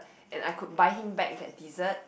and I could buy him back that dessert